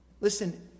Listen